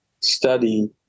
study